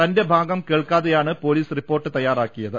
തന്റെ ഭാഗം കേൾക്കാതെയാണ് പോലീസ് റിപ്പോർട്ട് തയാറാക്കിയത്